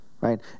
right